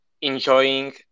enjoying